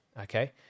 okay